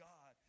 God